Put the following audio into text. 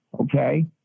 Okay